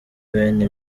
bene